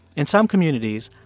in some communities,